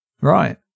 Right